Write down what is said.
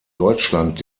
deutschland